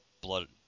blood